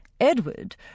Edward